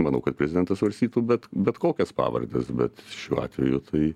manau kad prezidentas svarstytų bet bet kokias pavardes bet šiuo atveju tai